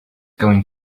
going